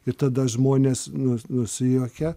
ir tada žmonės nu nusijuokia